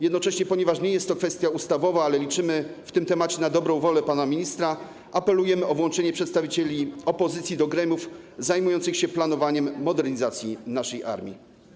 Jednocześnie, ponieważ nie jest to kwestia ustawowa, liczymy w tej sprawie na dobrą wolę pana ministra, apelujemy o włączenie przedstawicieli opozycji do gremiów zajmujących się planowaniem modernizacji naszej armii.